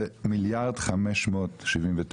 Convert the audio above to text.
זה מיליארד ו-579 מיליון.